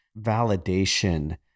validation